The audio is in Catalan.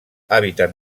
hàbitat